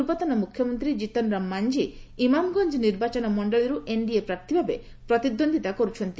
ପୂର୍ବତନ ମୁଖ୍ୟମନ୍ତ୍ରୀ ଜିତନ୍ ରାମ ମାଂଝି ଇମାମ୍ଗଞ୍ଜ ନିର୍ବାଚନ ମଣ୍ଡଳୀରୁ ଏନ୍ଡିଏ ପ୍ରାର୍ଥୀ ଭାବେ ପ୍ରତିଦ୍ୱନ୍ଦିତା କରୁଛନ୍ତି